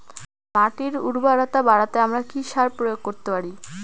মাটির উর্বরতা বাড়াতে আমরা কি সার প্রয়োগ করতে পারি?